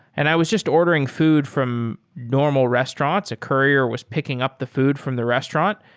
and i was just ordering food from normal restaurants. a courier was picking up the food from the restaurant,